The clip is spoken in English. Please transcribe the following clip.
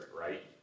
right